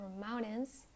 mountains